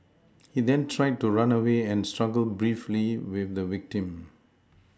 he then tried to run away and struggled briefly with the victim